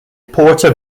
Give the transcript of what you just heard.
porter